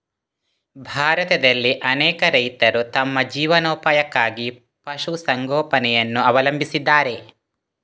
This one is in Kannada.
ಭಾರತದಲ್ಲಿ ಅನೇಕ ರೈತರು ತಮ್ಮ ಜೀವನೋಪಾಯಕ್ಕಾಗಿ ಪಶು ಸಂಗೋಪನೆಯನ್ನು ಅವಲಂಬಿಸಿದ್ದಾರೆ